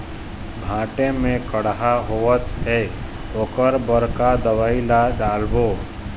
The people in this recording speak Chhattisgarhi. भांटा मे कड़हा होअत हे ओकर बर का दवई ला डालबो?